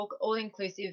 all-inclusive